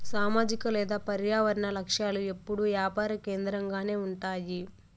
సామాజిక లేదా పర్యావరన లక్ష్యాలు ఎప్పుడూ యాపార కేంద్రకంగానే ఉంటాయి